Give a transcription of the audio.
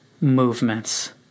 movements